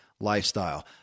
lifestyle